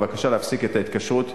בבקשה להפסיק את ההתקשרות